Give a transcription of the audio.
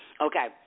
Okay